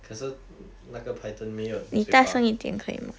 可是那个 python 没有嘴巴